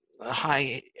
High